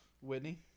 Whitney